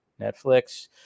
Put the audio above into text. Netflix